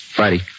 Friday